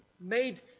made